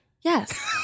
yes